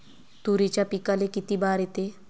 तुरीच्या पिकाले किती बार येते?